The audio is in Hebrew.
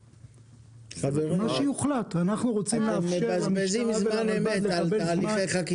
אנחנו מבזבזים זמן אמת על תהליכי חקיקה.